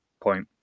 point